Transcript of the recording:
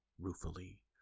ruefully